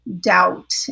doubt